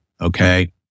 okay